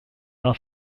war